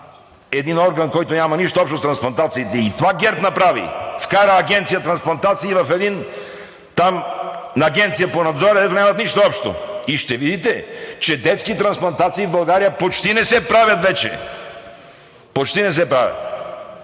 един орган, който няма нищо общо с трансплантациите, и това ГЕРБ направи – вкара Агенция „Трансплантации“ в един там... на Агенция по надзор, дето нямат нищо общо! И ще видите, че детски трансплантации в България почти не се правят вече, почти не се правят!